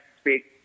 speak